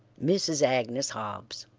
mrs. agnes hobbs